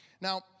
now